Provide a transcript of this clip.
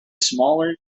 smaller